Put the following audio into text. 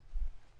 המקומי,